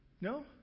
No